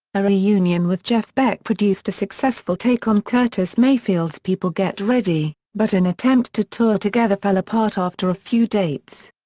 a reunion with jeff beck produced a successful take on curtis mayfield's people get ready, but an attempt to tour together fell apart after a few dates.